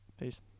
Peace